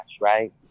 right